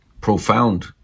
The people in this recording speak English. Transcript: Profound